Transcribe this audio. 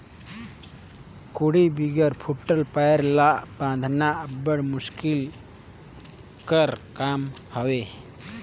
कोड़ी बिगर फूटल पाएर ल बाधना अब्बड़ मुसकिल कर काम हवे